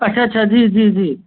अच्छा अच्छा जी जी जी